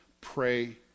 pray